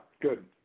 good